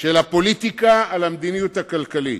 של הפוליטיקה על המדיניות הכלכלית.